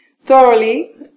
thoroughly